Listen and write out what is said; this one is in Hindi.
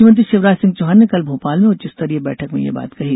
मुख्यमंत्री शिवराज सिंह चौहान ने कल भोपाल में उच्च स्तरीय बैठक में ये बात कहीं